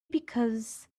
because